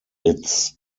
its